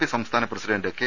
P സംസ്ഥാന president K